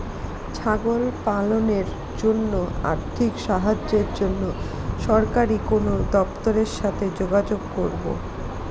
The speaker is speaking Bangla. ছাগল পালনের জন্য আর্থিক সাহায্যের জন্য সরকারি কোন দপ্তরের সাথে যোগাযোগ করব?